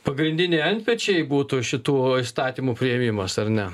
pagrindiniai antpečiai būtų šitų įstatymų priėmimas ar ne